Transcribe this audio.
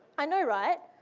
i know, right?